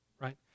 right